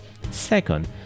Second